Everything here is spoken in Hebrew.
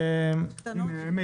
יש מכונות קטנות.